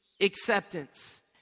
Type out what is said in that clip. acceptance